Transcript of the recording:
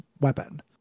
weapon